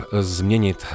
změnit